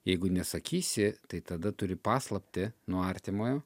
jeigu nesakysi tai tada turi paslaptį nuo artimojo